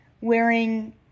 wearing